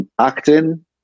Acting